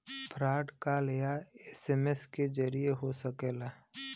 fraud call या SMS के जरिये हो सकला